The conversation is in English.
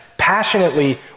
passionately